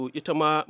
itama